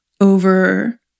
over